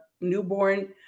newborn